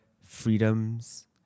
freedoms